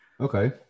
Okay